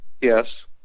Yes